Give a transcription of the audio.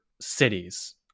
cities